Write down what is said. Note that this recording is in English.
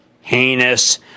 heinous